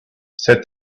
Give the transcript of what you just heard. said